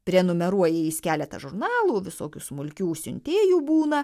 prenumeruoja jis keletą žurnalų visokių smulkių siuntėjų būna